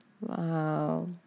Wow